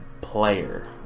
player